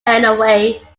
anyway